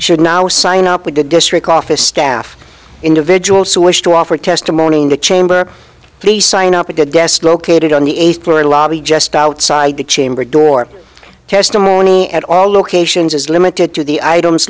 should now sign up with the district office staff individuals who wish to offer testimony in the chamber please sign up a guest located on the eighth floor lobby just outside the chamber door testimony at all locations is limited to the items